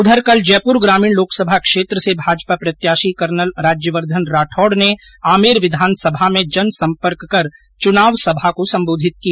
उधर कल जयपुर ग्रामीण लोकसभा क्षेत्र से भाजपा प्रत्याशी कर्नल राज्यवर्द्वन सिंह राठौड ने आमेर विधानसभा में जनसंपर्क कर चुनावी सभा को संबोधित किया